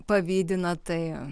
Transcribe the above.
pavydi na tai